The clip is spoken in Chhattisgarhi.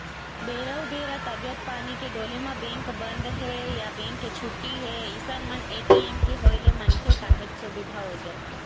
बेरा उबेरा तबीयत पानी के डोले म बेंक बंद हे या बेंक के छुट्टी हे अइसन मन ए.टी.एम के होय ले मनखे काहेच सुबिधा हो जाथे